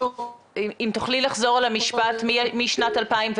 אם תוכל להשלים את מה ששירה התכוונה לחלוק עם הוועדה,